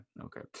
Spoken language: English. okay